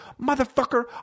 Motherfucker